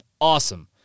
awesome